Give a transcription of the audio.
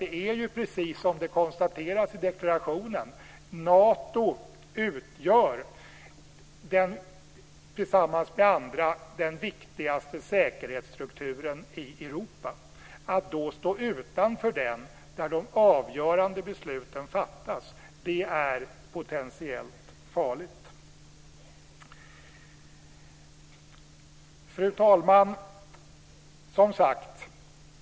Det är precis som det konstateras i deklarationen, nämligen att Nato utgör, tillsammans med andra, den viktigaste säkerhetsstrukturen i Europa. Att då stå utanför den strukturen, där de avgörande besluten fattas, är potentiellt farligt. Fru talman!